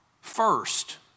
first